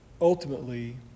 Ultimately